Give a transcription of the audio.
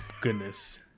goodness